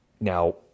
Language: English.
Now